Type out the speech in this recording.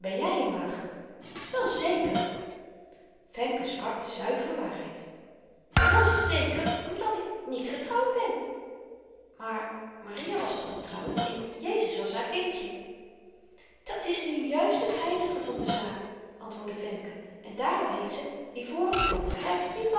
ben jy een maagd wel zeker femke sprak de zuivere waarheid wel zeker omdat ik niet getrouwd ben maar maria was toch getrouwd en jezus was haar kindje dat is nu juist het heilige van de zaak antwoordde femke en daarom heet ze ivoren poort begryp je t nu